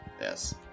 Yes